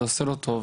זה עושה לו טוב,